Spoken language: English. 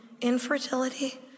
infertility